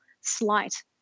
slight